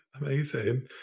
amazing